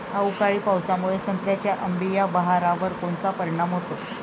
अवकाळी पावसामुळे संत्र्याच्या अंबीया बहारावर कोनचा परिणाम होतो?